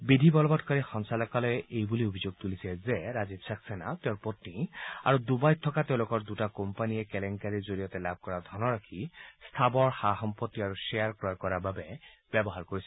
বিধি বলবৎকাৰী সঞ্চালকালয়ে এইবুলি অভিযোগ তুলিছে যে ৰাজীৱ ছাক্সেনা তেওঁৰ পপ্নী আৰু ডুবাইত থকা তেওঁলোকৰ দুটা কোম্পানীয়ে কেলেংকাৰীৰ জৰিয়তে লাভ কৰা ধনৰাশি স্থাবৰ সা সম্পত্তি আৰু গ্য়োৰ ক্ৰয় কৰাৰ বাবে ব্যৱহাৰ কৰিছিল